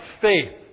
faith